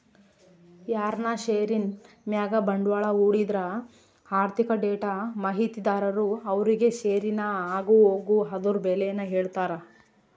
ಯಾರನ ಷೇರಿನ್ ಮ್ಯಾಗ ಬಂಡ್ವಾಳ ಹೂಡಿದ್ರ ಆರ್ಥಿಕ ಡೇಟಾ ಮಾಹಿತಿದಾರರು ಅವ್ರುಗೆ ಷೇರಿನ ಆಗುಹೋಗು ಅದುರ್ ಬೆಲೇನ ಹೇಳ್ತಾರ